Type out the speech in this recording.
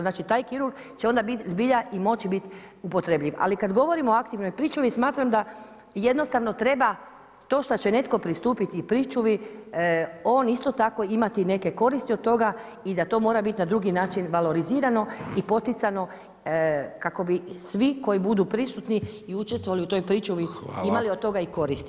Znači taj kirurg će onda zbilja moći biti upotrebljiv, ali kad govorimo o aktivnoj pričuvi smatram da jednostavno treba to šta će netko pristupiti pričuvi, on isto tako imati neke koristi od toga i da to mora biti na drugi način valorizirano i poticano kako bi svi koji budu prisutni i učestvovali u toj pričuvi imali od toga i koristi.